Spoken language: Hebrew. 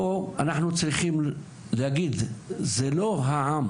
פה, אנחנו צריכים להגיד: זה לא העם.